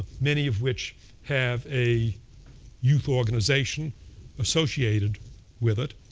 many of which have a youth organization associated with it.